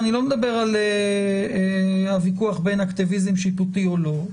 אני לא מדבר על הוויכוח בין אקטיביזם שיפוטי או לא.